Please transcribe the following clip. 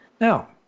Now